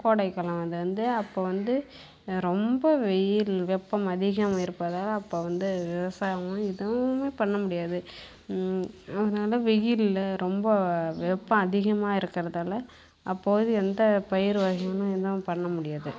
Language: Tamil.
கோடை காலம் அது வந்து அப்போ வந்து ரொம்ப வெயில் வெப்பம் அதிகம் இருப்பதால் அப்போ வந்து விவசாயம் எதுவுமே பண்ண முடியாது அதனால் வெயிலில் ரொம்ப வெப்பம் அதிகமாக இருக்கிறதால அப்போது எந்த பயிர் வகைகளும் எதுவும் பண்ண முடியாது